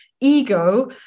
ego